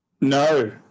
No